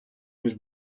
ніж